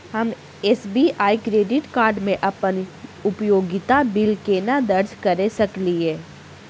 हम SBI credit card मे अप्पन उपयोगिता बिल केना दर्ज करऽ सकलिये?